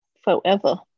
forever